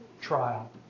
trial